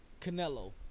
Canelo